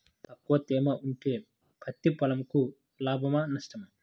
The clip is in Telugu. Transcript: తక్కువ తేమ ఉంటే పత్తి పొలంకు లాభమా? నష్టమా?